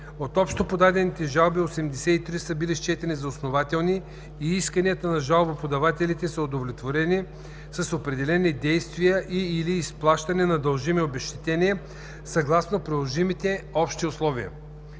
От общо подадените жалби 83 са били счетени за основателни и исканията на жалбоподателите са удовлетворени с определени действия и/или чрез изплащане на дължими обезщетения съгласно приложимите Общи условия.